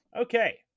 Okay